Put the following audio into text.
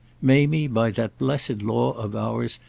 mamie, by that blessed law of ours,